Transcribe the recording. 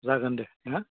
जागोन दे ना